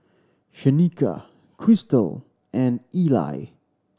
Shanika Christal and Eli